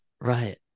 Right